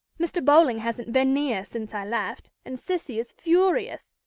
mr. bowling hasn't been near since i left, and cissy is furious.